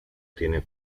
tiene